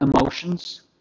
emotions